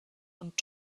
und